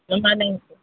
एना नहि हेतै